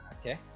Okay